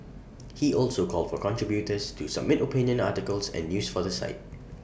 he also called for contributors to submit opinion articles and news for the site